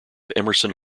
emerson